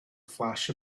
flash